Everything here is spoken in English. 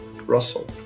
Russell